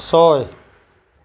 ছয়